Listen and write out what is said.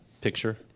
picture